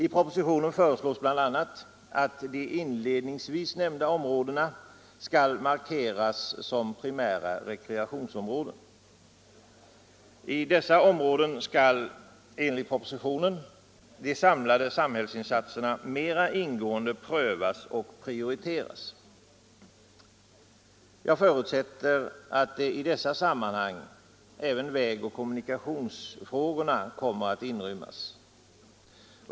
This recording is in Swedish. I propositionen föreslås bl.a. att de inledningsvis nämnda områdena skall markeras som primära re = Nr 49 kreationsområden. I dessa områden skall, enligt propositionen, de sam Torsdagen den lade samhällsinsatserna mera ingående prövas och prioriteras. Jag för 3 april 1975 ” utsätter att i dessa sammanhang även vägoch kommunikationsfrågorna. I kommer att beaktas.